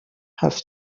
have